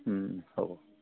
হ'ব